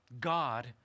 God